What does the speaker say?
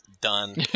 done